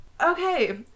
Okay